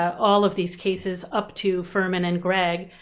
all of these cases up to furman and gregg,